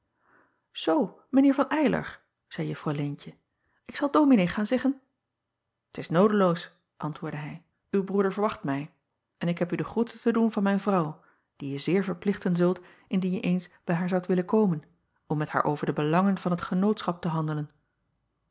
mijn eer van ylar zeî uffrouw eentje ik zal ominee gaan zeggen t s noodeloos antwoordde hij uw broeder wacht mij en ik heb u de groete te doen van mijn vrouw die je zeer verplichten zult indien je eens bij haar zoudt willen komen om met haar over de belangen van het enootschap te handelen